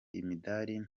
imidari